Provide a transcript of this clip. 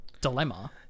dilemma